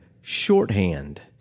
Shorthand